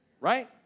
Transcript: right